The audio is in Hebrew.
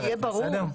שיהיה ברור.